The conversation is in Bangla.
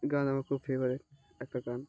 গান আমার খুব ফেভারিট একটা গান